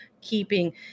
keeping